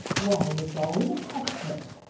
why, it's all in the text-book!